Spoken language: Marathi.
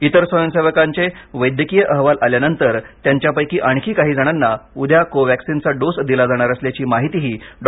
इतर स्वयंसेवकांचे वैद्यकीय अहवाल आल्यानंतर त्यांच्यापैकी आणखी जणांना उद्या कोवॅक्सिनचा डोस दिला जाणार असल्याची माहितीही डॉ